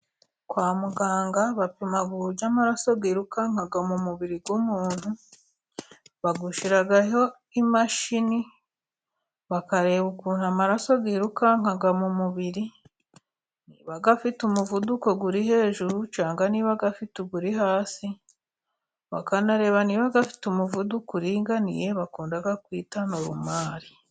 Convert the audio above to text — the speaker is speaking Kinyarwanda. Kwa muganga bapima uburyo amaraso yirukanka mu mubiri w'umuntu, bagushyiraho imashini, bakareba ukuntu amaraso yirukanka mu mubiri, niba afite umuvuduko uri hejuru, cyangwa niba afite uri hasi, bakanareba niba afite umuvuduko uringaniye bakunda kwita norumari.